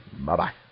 Bye-bye